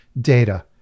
data